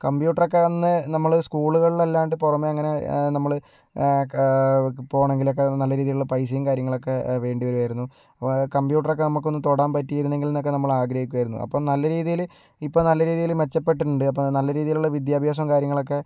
കമ്പ്യൂട്ടറൊക്കെ അന്ന് നമ്മൾ സ്കൂളുകളിൽ അല്ലാണ്ട് പുറമെ അങ്ങനെ നമ്മൾ ക പോകുകയാണെങ്കിലൊക്കെ നല്ല രീതിയിലുള്ള പൈസയും കാര്യങ്ങളൊക്കെ വേണ്ടി വരുമായിരുന്നു അപ്പോൾ കമ്പ്യൂട്ടറൊക്കെ നമുക്കൊന്ന് തൊടാൻ പറ്റിയിരുന്നെങ്കിൽ എന്നൊക്കെ നമ്മൾ ആഗ്രഹിക്കുമായിരുന്നു അപ്പോൾ നല്ല രീതിയിൽ ഇപ്പം നല്ല രീതിയിൽ മെച്ചപ്പെട്ടിട്ടുണ്ട് അപ്പം നല്ല രീതിയിലുള്ള വിദ്യാഭ്യാസവും കാര്യങ്ങളൊക്കെ